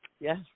yes